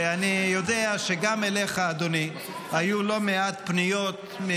ואני יודע שגם אליך, אדוני, היו לא מעט פניות.